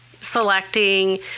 selecting